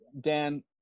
Dan